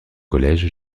collège